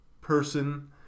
person